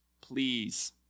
please